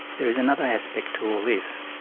there is another aspect to all this.